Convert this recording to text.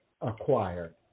acquired